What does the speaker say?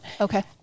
Okay